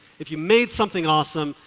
if you made something awesome,